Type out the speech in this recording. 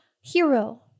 hero